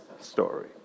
story